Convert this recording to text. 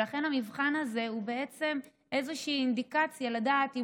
ולכן המבחן הזה הוא איזושהי אינדיקציה לדעת אם